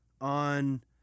on